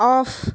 off